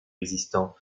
existant